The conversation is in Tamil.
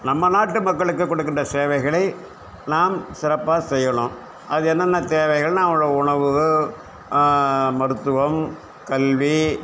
நம்ம நாட்டு மக்களுக்கு கொடுக்கின்ற சேவைகளை நாம் சிறப்பாக செய்யணும் அது என்னென்ன தேவைகள்னா அவங்க உணவு மருத்துவம் கல்வி